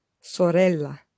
Sorella